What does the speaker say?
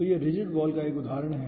तो यह rigid wall का एक उदाहरण है